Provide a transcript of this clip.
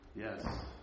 Yes